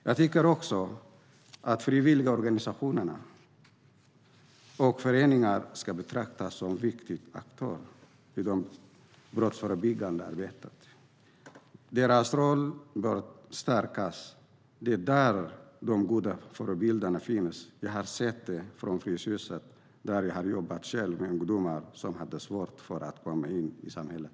Jag tycker också att frivilligorganisationerna och föreningar ska betraktas som viktiga aktörer i det brottsförebyggande arbetet. Deras roll bör stärkas. Det är där de goda förebilderna finns. Jag har sett det från Fryshuset där jag själv har jobbat med ungdomar som hade svårt att komma in i samhället.